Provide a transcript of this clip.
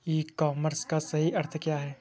ई commerce का सही अर्थ क्या है?